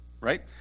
right